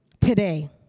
today